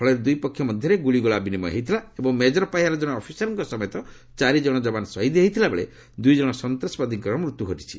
ଫଳରେ ଦୁଇପକ୍ଷ ମଧ୍ୟରେ ଗ୍ରଳିଗୋଳା ବିନିମୟ ହୋଇଥିଲା ଏବଂ ମେଜର ପାହ୍ୟାର କଣେ ଅଫିସର୍ଙ୍କ ସମେତ ଚାରି ଜଣ ଯବାନ ଶହିଦ ହୋଇଥିବା ବେଳେ ଦୂଇ ଜଣ ସନ୍ତାସବାଦୀଙ୍କର ମୃତ୍ୟୁ ଘଟିଥିଲା